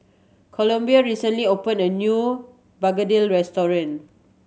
Columbia recently opened a new Begedil restaurant